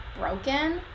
broken